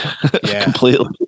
completely